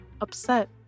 upset